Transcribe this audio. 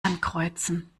ankreuzen